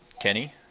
Kenny